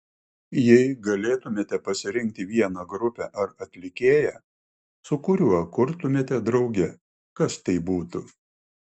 jei galėtumėte pasirinkti vieną grupę ar atlikėją su kuriuo kurtumėte drauge kas tai būtų